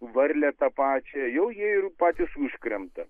varlę tą pačią jau jie ir patys užkrenta